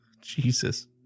Jesus